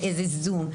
באיזה זום,